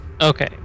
Okay